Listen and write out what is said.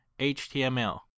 html